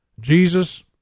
Jesus